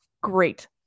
Great